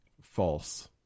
false